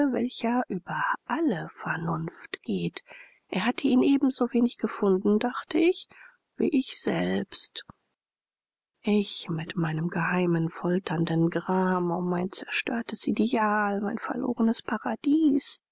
welcher über alle vernunft geht er hatte ihn ebensowenig gefunden dachte ich wie ich selbst ich mit meinem geheimen folternden gram um mein zerstörtes ideal mein verlorenes paradies